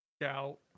Doubt